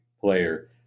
player